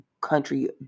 country